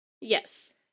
Yes